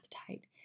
appetite